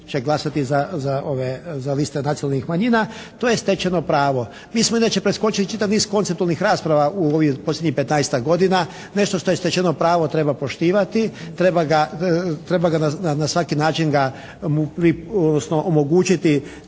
za liste nacionalnih manjina, to je stečeno pravo. Mi smo inače preskočili čitav niz konceptualnih rasprava u ovih posljednjih 15-ak godina. Nešto što je stečeno pravo treba poštivati. Treba ga na svaki način ga, odnosno